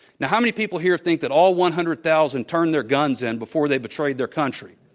now how many people here think that all one hundred thousand turned their guns in before they betrayed their country.